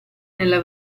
nella